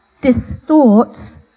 distorts